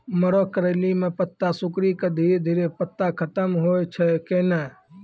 मरो करैली म पत्ता सिकुड़ी के धीरे धीरे पत्ता खत्म होय छै कैनै?